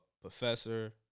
Professor